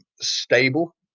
stable